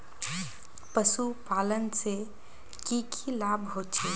पशुपालन से की की लाभ होचे?